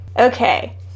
Okay